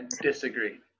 disagree